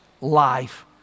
life